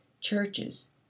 churches